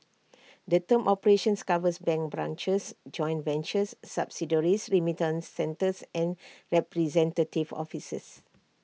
the term operations covers bank branches joint ventures subsidiaries remittance centres and representative offices